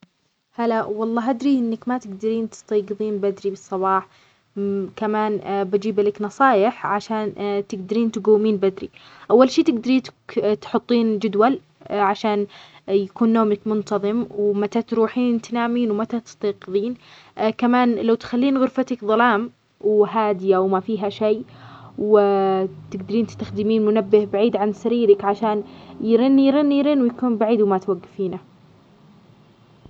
هلا والله هدري إنك ما تقدرين تستيقظين بدري بالصباح، كمان بجيبه لك نصائح عشان تقدرين تقومين بدري، أول شي تقدرين تحطين جدول عشان يكون نومك منتظم، ومتى تروحين تنامين ومتى تستيقظين، كمان لو تخلين غرفتك ظلام وهادية وما فيها شي و تقدرين تستخدمين منبه بعيد عن سريرك عشان. يرن-يرن-يرن، ويكون بعيد وما توقفينه.